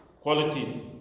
qualities